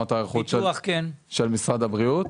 בעולמות ההיערכות של משרד הבריאות.